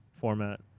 format